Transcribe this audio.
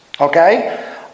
Okay